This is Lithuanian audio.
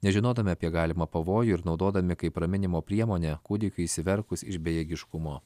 nežinodami apie galimą pavojų ir naudodami kaip raminimo priemonę kūdikiui išsiverkus iš bejėgiškumo